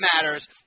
matters